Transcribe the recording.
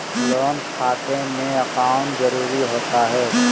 Loan खाते में account जरूरी होता है?